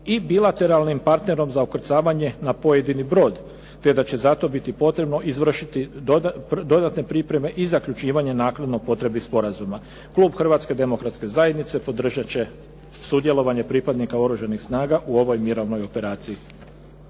i bilateralnim partnerom za ukrcavanje na pojedini brod, te da će zato biti potrebno izvršiti dodatne pripreme i zaključivanje naknadno potrebnih sporazuma. Klub Hrvatske demokratske zajednice podržat će sudjelovanje pripadnika Oružanih snaga u ovoj mirovnoj operaciji.